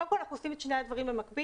קודם כול, אנחנו עושים את שני הדברים במקביל.